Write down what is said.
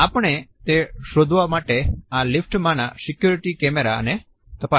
આપણે તે શોધવા માટે આ લીફ્ટમાંના સિક્યુરિટી કેમેરા ને તપાસ્યા